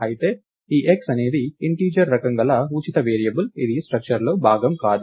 అయితే ఈ x అనేది ఇంటిజర్ రకం గల ఉచిత వేరియబుల్ ఇది స్ట్రక్చర్లో భాగం కాదు